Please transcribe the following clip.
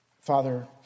Father